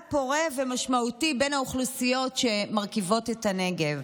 פורה ומשמעותי בין האוכלוסיות שמרכיבות את הנגב.